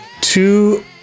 two